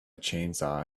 chainsaw